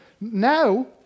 now